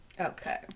Okay